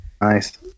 Nice